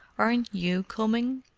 aren't you coming?